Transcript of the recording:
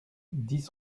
dix